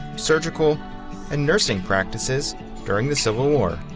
surgical and nursing practices during the civil war.